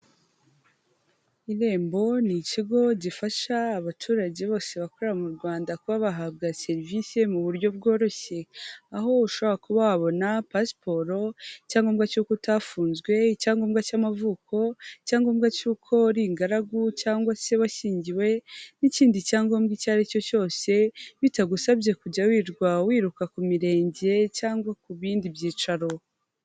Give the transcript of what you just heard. Irembo ni ikigo gifasha abaturage bose bakorera mu Rwanda kuba bahabwa serivisi mu buryo bworoshye. Aho ushobora kuba wabona pasiporo, icyangombwa cy'uko utafunzwe, icyangombwa cy'amavuko, icyangombwa cy'uko uri ingaragu cyangwa se washyingiwe, n'ikindi cyangombwa icyo ari cyo cyose, bitagusabye kujya wirwa wiruka ku mirenge cyangwa ku bindi byicaro.